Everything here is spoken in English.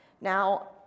Now